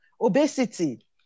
obesity